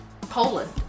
Poland